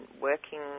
working